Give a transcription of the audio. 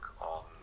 on